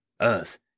Earth